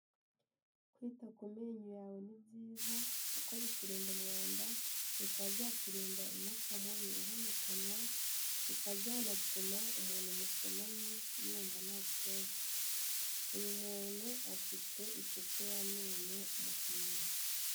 Kwita ku menyo yawe ni byiza kuko bikurinda umwanda bikaba byakurinda umwuka mubi uva mu kanwa, bikaba byanatuma umuntu musomanye yumva nta kibazo, uyu muntu afite isuku y'amenyo mu kanwa.